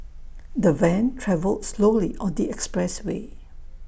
the van travelled slowly on the expressway